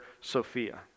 Sophia